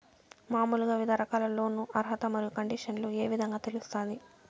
మామూలుగా వివిధ రకాల లోను అర్హత మరియు కండిషన్లు ఏ విధంగా తెలుస్తాది?